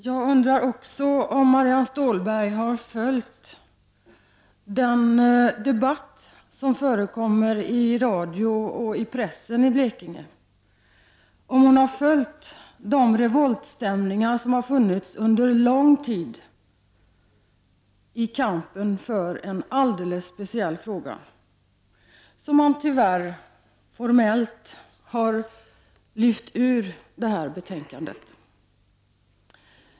Jag undrar också om Marianne Stålberg har följt den debatt som förekom mer i radion och i pressen i Blekinge och om hon har följt de revoltstämningar som har funnits under lång tid när det gäller kampen i en alldeles speciell fråga som man, tyvärr, formellt har lyft ur det aktuella betänkandet.